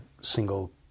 single